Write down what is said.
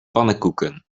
pannenkoeken